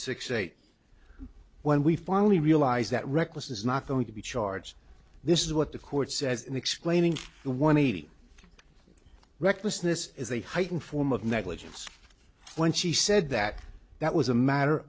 six eight when we finally realize that reckless is not going to be charged this is what the court says in explaining one eating recklessness is a heightened form of negligence when she said that that was a matter